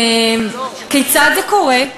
כיצד זה קורה?